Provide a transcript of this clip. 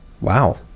Wow